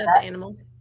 animals